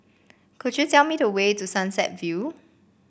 could you tell me the way to Sunset View